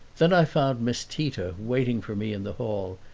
then i found miss tita waiting for me in the hall,